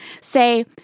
say